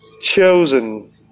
chosen